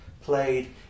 Played